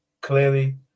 clearly